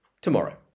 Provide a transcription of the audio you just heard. tomorrow